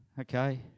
Okay